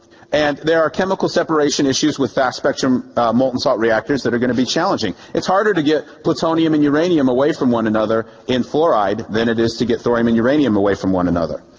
and there are chemical separation issues with fast-spectrum molten-salt reactors that are going to be challenging it's harder to get plutonium and uranium away from one another in fluoride than it is to get thorium and uranium away from one another.